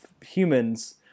humans